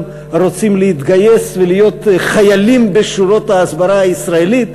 רוצים להתגייס ולהיות חיילים בשורות ההסברה הישראלית.